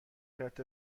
خرت